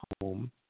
home